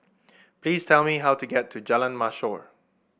please tell me how to get to Jalan Mashhor